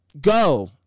go